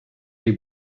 the